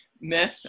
myth